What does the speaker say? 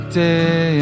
day